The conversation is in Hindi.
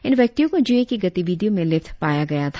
इन व्यक्तियों को जुए के गतिविधियों में लिप्त पाया गया था